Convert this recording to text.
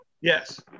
Yes